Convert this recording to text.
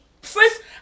first